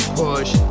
push